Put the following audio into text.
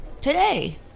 Today